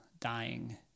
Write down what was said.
dying